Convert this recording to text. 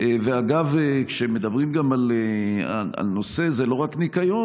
אגב, כשמדברים על הנושא, זה לא רק ניקיון.